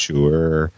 Sure